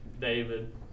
David